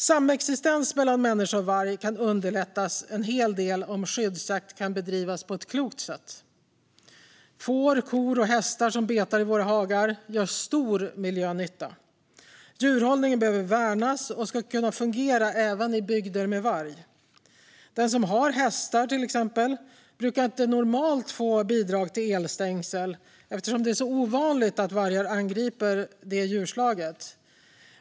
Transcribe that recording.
Samexistens mellan människa och varg kan underlättas en hel del om skyddsjakt kan bedrivas på ett klokt sätt. Får, kor och hästar som betar i våra hagar gör stor miljönytta. Djurhållningen behöver värnas och ska kunna fungera även i bygder med varg. Den som till exempel har hästar brukar inte normalt få bidrag till elstängsel eftersom det är så ovanligt att vargar angriper det djurslaget.